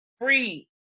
free